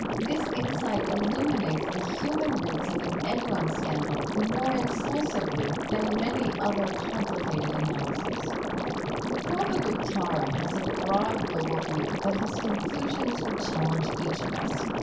this insight illuminates the human roots of an enron scandal more incisively than many other complicated analyses prabhu guptara has a broad, global view, but his conclusions would challenge each of us.